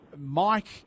Mike